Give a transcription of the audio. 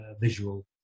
visual